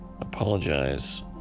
apologize